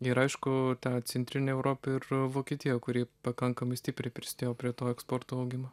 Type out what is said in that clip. ir aišku ta centrinė europa ir vokietija kuri pakankamai stipriai prisidėjo prie to eksporto augimo